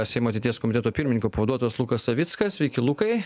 seimo ateities komiteto pirmininko pavaduotojas lukas savickas sveiki lukai